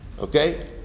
Okay